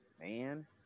man